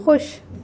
خوش